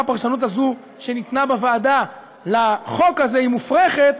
הפרשנות הזאת שניתנה בוועדה לחוק הזה היא מופרכת,